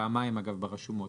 פעמיים אגב ברשומות,